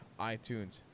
iTunes